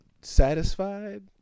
satisfied